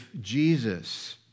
Jesus